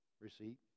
receipt